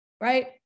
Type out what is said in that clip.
Right